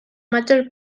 major